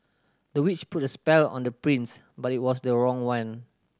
the witch put a spell on the prince but it was the wrong one